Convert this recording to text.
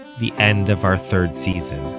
the end of our third season